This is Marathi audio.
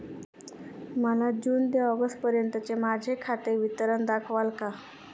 मला जून ते ऑगस्टपर्यंतचे माझे खाते विवरण दाखवाल का?